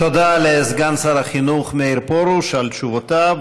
תודה לסגן שר החינוך מאיר פרוש על תשובותיו,